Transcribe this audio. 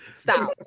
Stop